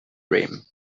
grim